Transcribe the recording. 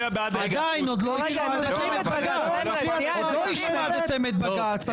עדיין, עוד לא השמדתם את בג"ץ.